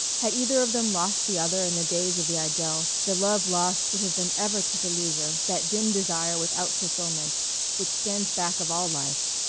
had either of them lost the other in the days of the idyl, the love lost would have been ever to the loser that dim desire without fulfilment which stands back of all life.